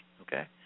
okay